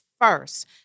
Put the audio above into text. first